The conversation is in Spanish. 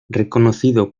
reconocido